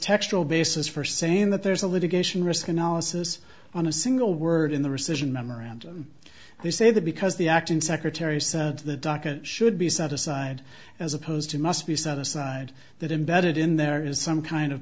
textural basis for saying that there's a litigation risk analysis on a single word in the rescission memorandum they say that because the acting secretary said to the docket should be set aside as opposed to must be set aside that embedded in there is some kind of